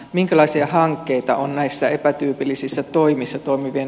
minkälaisia hankkeita on näissä epätyypillisissä toimissa toimivien